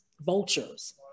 vultures